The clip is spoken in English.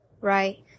Right